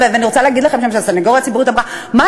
ואני רוצה להגיד לכם שהסנגוריה הציבורית אמרה: מה,